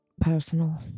personal